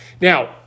Now